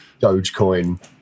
dogecoin